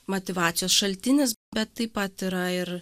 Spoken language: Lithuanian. motyvacijos šaltinis bet taip pat yra ir